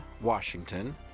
Washington